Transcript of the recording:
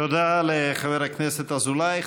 תודה לחבר הכנסת אזולאי.